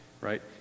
right